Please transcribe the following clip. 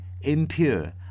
impure